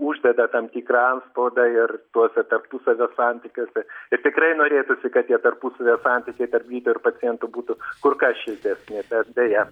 uždeda tam tikrą antspaudą ir tuose tarpusavio santykiuse ir tikrai norėtųsi kad tie tarpusavio santykiai tarp gydytojo ir pacientų būtų kur kas šiltesni bet deja